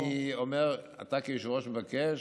אני אומר: אתה כיושב-ראש מבקש,